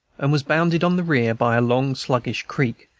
and was bounded on the rear by a long, sluggish creek,